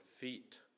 feet